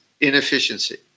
inefficiency